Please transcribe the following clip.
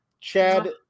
Chad